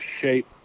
shape